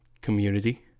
Community